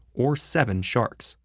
or seven sharks